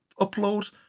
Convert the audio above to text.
upload